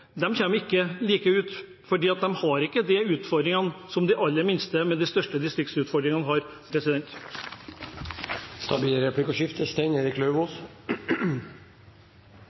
ikke like bra ut, for de har ikke de utfordringene som de aller minste med de største distriktsutfordringene har. Det blir replikkordskifte.